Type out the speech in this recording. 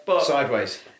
Sideways